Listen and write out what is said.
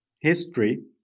history